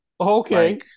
Okay